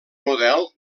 model